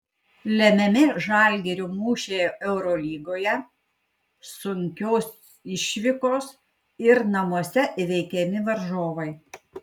lemiami žalgirio mūšiai eurolygoje sunkios išvykos ir namuose įveikiami varžovai